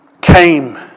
came